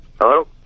Hello